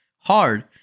Hard